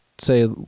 say